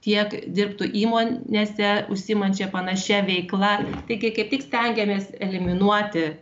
tiek dirbtų įmonėse užsiimančia panašia veikla taigi kaip tik stengiamės eliminuoti